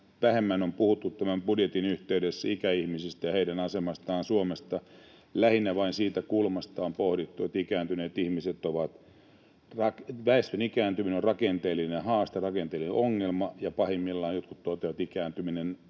vähemmän on puhuttu tämän budjetin yhteydessä ikäihmisistä ja heidän asemastaan Suomessa. Lähinnä vain siitä kulmasta on pohdittu, että väestön ikääntyminen on rakenteellinen haaste tai rakenteellinen ongelma, ja pahimmillaan jotkut toteavat, että ikääntyneet